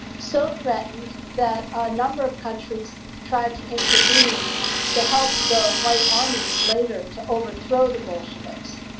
so threatened that a number of countries tried to intervene to help the white armies later to overthrow the bolsheviks.